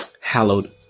hallowed